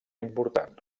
important